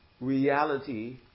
reality